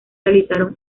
realizaron